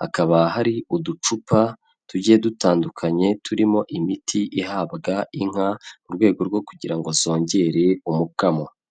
hakaba hari uducupa tugiye dutandukanye turimo imiti ihabwa inka mu rwego rwo kugira ngo zongere umukamo.